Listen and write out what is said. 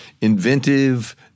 inventive